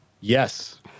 Yes